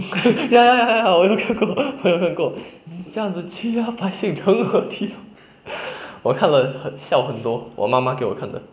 ya ya ya 我有看过我有看过你这样子欺压百姓成何体统 我看了笑很多我妈妈给我看的